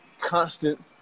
constant